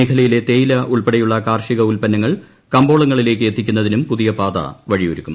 മേഖലയിലെ തേയില ഉൾപ്പെടെയുള്ള കാർഷിക ഉല്പ്പന്നങ്ങൾ കമ്പോളങ്ങളിലേക്ക് എത്തിക്കുന്നതിനും പുതിയ പാത വഴിയൊരുക്കും